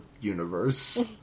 universe